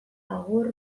agur